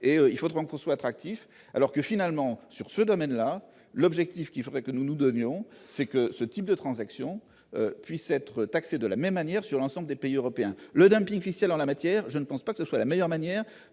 et il faudra qu'on soit attractif, alors que finalement, sur ce domaine-là, l'objectif qu'il faudrait que nous nous donnions c'est que ce type de transaction puisse être taxé de la même manière, sur l'ensemble des pays européens, le drame en la matière, je ne pense pas que ce soit la meilleure manière